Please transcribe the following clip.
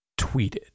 tweeted